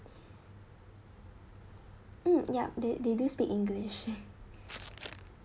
mm yup they they do speak english